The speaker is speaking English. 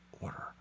order